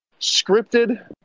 scripted